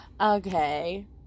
Okay